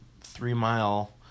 three-mile